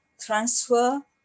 transfer